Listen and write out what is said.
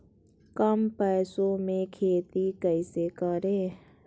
कम पैसों में खेती कैसे करें?